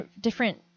different